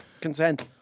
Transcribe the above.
consent